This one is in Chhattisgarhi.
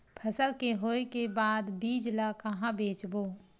फसल के होय के बाद बीज ला कहां बेचबो?